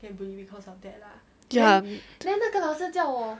ya